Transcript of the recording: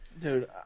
Dude